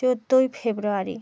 চোদ্দোই ফেব্রুয়ারি